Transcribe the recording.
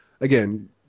Again